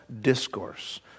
Discourse